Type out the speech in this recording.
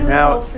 Now